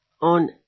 on